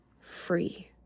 free